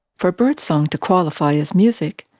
for birdsong to qualify as music,